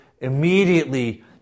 immediately